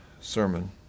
sermon